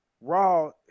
Raw